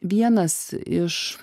vienas iš